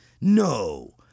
No